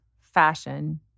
fashion